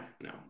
no